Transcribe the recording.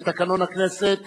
לתקנון הכנסת,